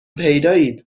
پیدایید